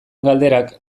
galderak